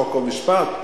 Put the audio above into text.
חוק ומשפט,